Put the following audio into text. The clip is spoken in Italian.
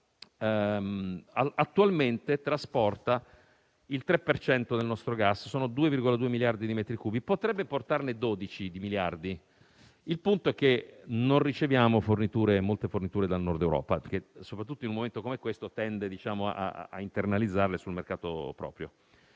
attualmente trasporta il 3 per cento del nostro gas (2,2 miliardi di metri cubi). Potrebbe portarne 12 miliardi, ma il punto è che non riceviamo molte forniture dal Nord Europa, che soprattutto in un momento come questo tende a internalizzare sul proprio